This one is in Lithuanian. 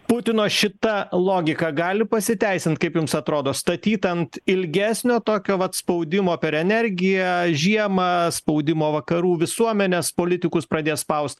putino šita logika gali pasiteisint kaip jums atrodo statyt ant ilgesnio tokio vat spaudimo per energiją žiemą spaudimo vakarų visuomenės politikus pradės spaust